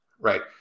right